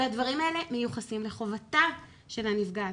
והדברים האלה מיוחסים לחובתה של הנפגעת,